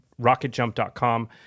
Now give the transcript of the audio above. rocketjump.com